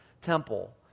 temple